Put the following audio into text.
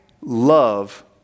love